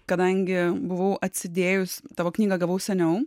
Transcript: kadangi buvau atsidėjus tavo knygą gavau seniau